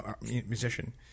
musician